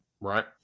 Right